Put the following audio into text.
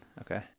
Okay